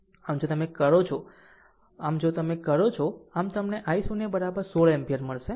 આમ જો તમે કરો છો આમ જો તમે કરો છો આમ તમને i0 1 6 એમ્પીયર મળશે